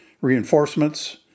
reinforcements